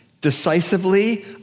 decisively